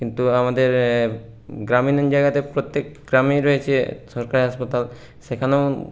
কিন্তু আমাদের গ্রামীণ জায়গাতে প্রত্যেক গ্রামেই রয়েছে সরকারি হাসপাতাল সেখানেও